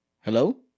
Hello